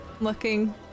looking